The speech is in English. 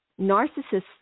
Narcissists